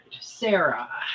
Sarah